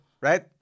Right